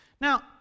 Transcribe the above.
Now